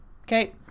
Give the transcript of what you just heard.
Okay